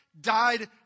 died